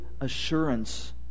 assurance